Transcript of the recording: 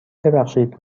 ببخشید